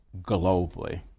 globally